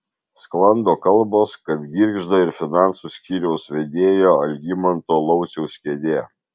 sklando kalbos kad girgžda ir finansų skyriaus vedėjo algimanto lauciaus kėdė